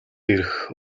ирэх